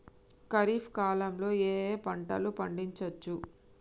ఖరీఫ్ కాలంలో ఏ ఏ పంటలు పండించచ్చు?